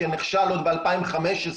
כנכשל עוד ב-2015.